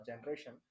generation